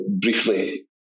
briefly